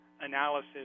analysis